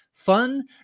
fun